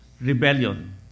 rebellion